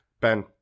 Ben